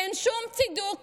אין שום צידוק